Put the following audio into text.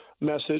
message